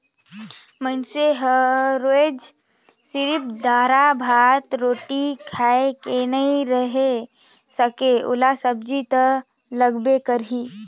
मइनसे हर रोयज सिरिफ दारा, भात, रोटी खाए के नइ रहें सके ओला सब्जी तो लगबे करही